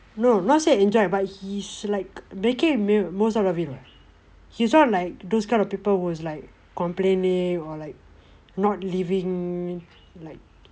no not say enjoy but he he like making the most out of it what he's not like those kind of people who is like complaining or like not living like